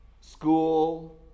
school